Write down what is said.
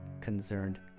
concerned